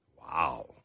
Wow